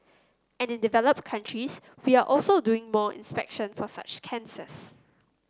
and in developed countries we are also doing more inspection for such cancers